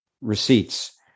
receipts